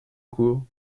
cours